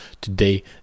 today